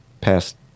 past